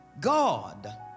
God